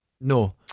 No